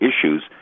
issues